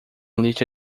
lista